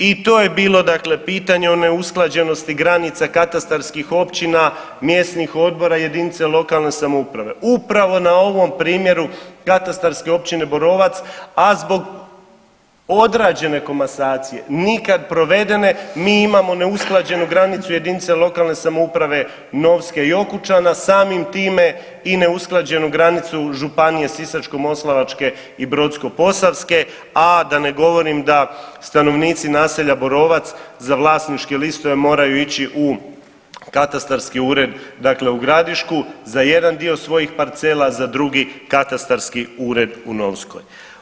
I to je bilo dakle pitanje o neusklađenosti granica katastarskih općina, mjesnih odbora jedinice lokalne samouprave upravo na ovom primjeru katastarske općine Borovac, a zbog odrađene komasacije nikad provedene mi imamo neusklađenu granicu jedinice lokalne samouprave Novske i Okućana, samim time i neusklađenu granicu županije Sisačko-moslavačke i Brodsko-posavske, a da ne govorim da stanovnici naselja Borovac za vlasničke listove moraju ići u katastarski ured dakle u Gradišku, za jedna dio svojih parcela, za drugi katastarski ured u Novskoj.